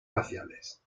faciales